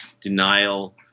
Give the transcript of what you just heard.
denial